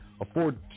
afford